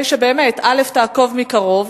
כדי שתעקוב מקרוב,